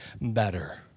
better